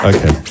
Okay